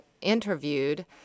interviewed